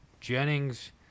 Jennings